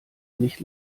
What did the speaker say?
nicht